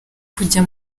kujya